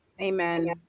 Amen